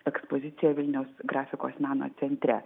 ekspoziciją vilniaus grafikos meno centre